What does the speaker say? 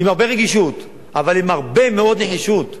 עם הרבה רגישות, אבל עם הרבה מאוד נחישות,